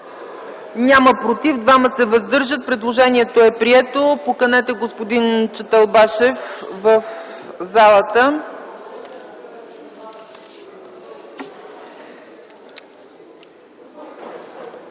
94, против няма, въздържали се 2. Предложението е прието. Поканете господин Чаталбашев в залата.